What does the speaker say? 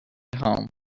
home